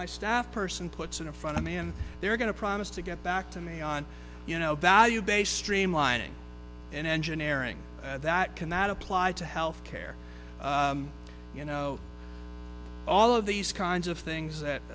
my staff person puts in a front man they're going to promise to get back to me on you know value based streamlining and engineering that cannot apply to health care you know all of these kinds of things that